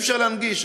אי-אפשר להנגיש.